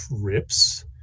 trips